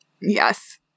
Yes